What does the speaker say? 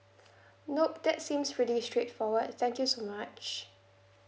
nop that seems pretty straightforward thank you so much